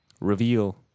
reveal